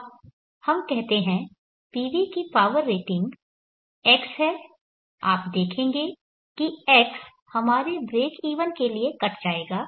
अब हम कहते हैं PV की पावर रेटिंग x है आप देखेंगे कि x हमारे ब्रेकइवन के लिए कट जायेगा